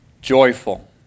joyful